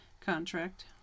contract